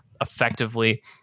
effectively